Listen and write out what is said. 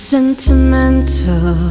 Sentimental